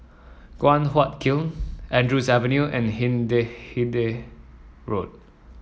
Guan Huat Kiln Andrews Avenue and Hindhede Road